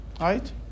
Right